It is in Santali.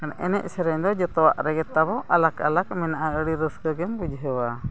ᱠᱷᱟᱱ ᱮᱱᱮᱡᱼᱥᱮᱨᱮᱧ ᱫᱚ ᱡᱚᱛᱚᱣᱟᱜ ᱨᱮᱜᱮ ᱛᱟᱵᱚᱱ ᱟᱞᱟᱜᱽᱼᱟᱞᱟᱜᱽ ᱢᱮᱱᱟᱜᱼᱟ ᱟᱹᱰᱤ ᱨᱟᱹᱥᱠᱟᱹ ᱜᱮᱢ ᱵᱩᱡᱷᱟᱹᱣᱟ